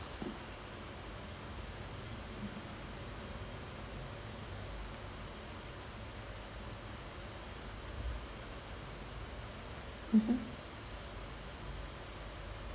mmhmm